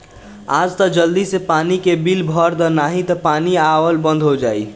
आज तअ जल्दी से पानी के बिल भर दअ नाही तअ पानी आवल बंद हो जाई